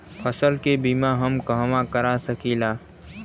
फसल के बिमा हम कहवा करा सकीला?